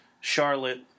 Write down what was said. Charlotte